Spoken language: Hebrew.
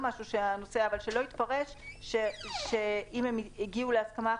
שלא יתפרש שאם הם הגיעו להסכמה אחרת,